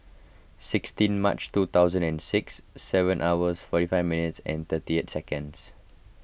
sixteen March two thousand and six seven hours forty five minutes and thirty eight seconds